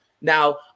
Now